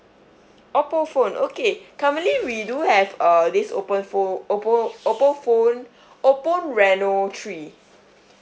oppo phone okay currently we do have uh this open pho~ oppo oppo phone oppo reno three